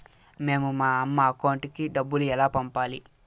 మేము మా అమ్మ అకౌంట్ కి డబ్బులు ఎలా పంపాలి